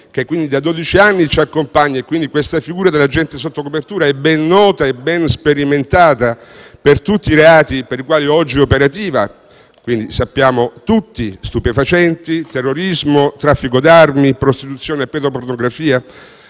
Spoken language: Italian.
che da dodici anni ci accompagna. Quindi, la figura dell'agente sotto copertura è ben nota e sperimentata per tutti i reati per i quali oggi è operativa: stupefacenti, terrorismo, traffico d'armi, prostituzione e pedopornografia.